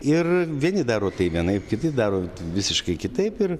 ir vieni daro tai vienaip kiti daro visiškai kitaip ir